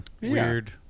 weird